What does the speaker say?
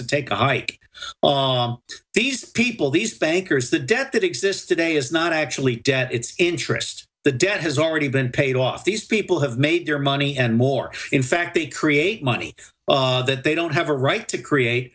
to take a hike on these people these bankers the debt that exists today is not actually debt it's interest the debt has already been paid off these people have made their money and more in fact they create money that they don't have a right to create